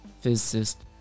physicist